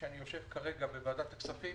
כשאני יושב כרגע בוועדת הכספים,